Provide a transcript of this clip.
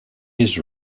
his